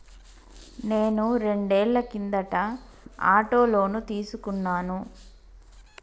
నేను రెండేళ్ల కిందట ఆటో లోను తీసుకున్నాను